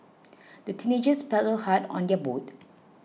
the teenagers paddled hard on their boat